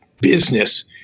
business